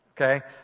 Okay